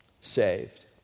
saved